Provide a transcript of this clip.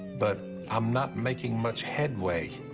but i'm not making much headway.